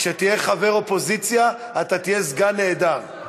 כשתהיה חבר אופוזיציה, אתה תהיה סגן נהדר.